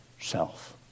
Self